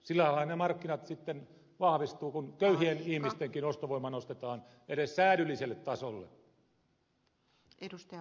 sillä lailla ne markkinat sitten vahvistuvat kun köyhien ihmistenkin ostovoima nostetaan edes säädylliselle tasolla